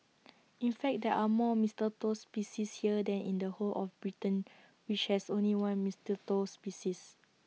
in fact there are more mistletoe species here than in the whole of Britain which has only one mistletoe species